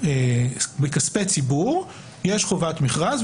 בכספי ציבור יש חובת מכרז,